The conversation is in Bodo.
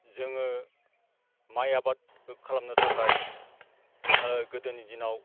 जोङो माइ आबाद खालामनो थाखाय गोदोनि दिनाव